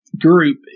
group